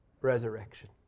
resurrection